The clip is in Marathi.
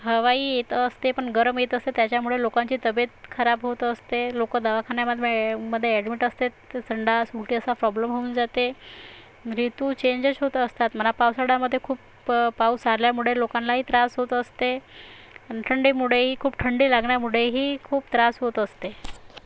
हवाही येत असते पण गरम येत असते त्याच्यामुळे लोकांची तब्येत खराब होत असते लोकं दवाखान्याम मध्ये ॲडमिट असतात संडास उलटी असा प्रॉब्लेम होऊन जाते ऋतू चेंजेस होत असतात म्हणा पावसाळ्यात खूप पाऊस आल्यामुळे लोकांनाही त्रास होत असते पण थंडीमुळेही खूप थंडी लागल्यामुळेही खूप त्रास होत असते